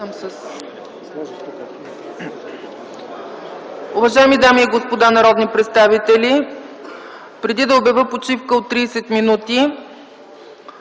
Уважаеми дами и господа народни представители, преди да обявя почивка от 30 минути